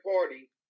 party